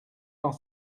dans